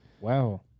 Wow